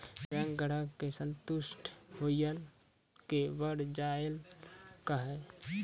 Bank ग्राहक के संतुष्ट होयिल के बढ़ जायल कहो?